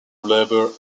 labor